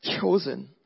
chosen